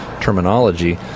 terminology